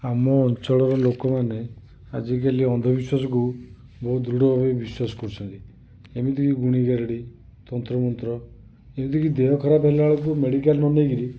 ଆମ ଅଞ୍ଚଳରେ ଲୋକମାନେ ଆଜିକାଲି ଅନ୍ଧ ବିଶ୍ୱାସ କୁ ବହୁ ଦୃଢ଼ ଭାବେ ବିଶ୍ୱାସ କରୁଛନ୍ତି ଯେମିତି କି ଗୁଣି ଗରେଡ଼ି ତନ୍ତ୍ର ମନ୍ତ୍ର ଏମିତିକି ଦେହ ଖରାପ ହେଲା ବେଳକୁ ମେଡ଼ିକାଲ ନ ନେଇକିରି